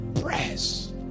Press